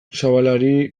zabalari